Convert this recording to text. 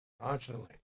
constantly